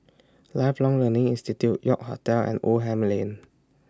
Lifelong Learning Institute York Hotel and Oldham Lane